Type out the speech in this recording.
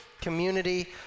community